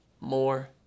more